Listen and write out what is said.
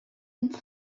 una